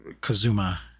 Kazuma